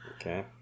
Okay